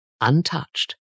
untouched